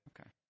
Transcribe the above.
Okay